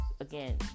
Again